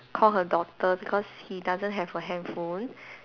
call her daughter because he doesn't have a handphone